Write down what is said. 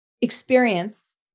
experience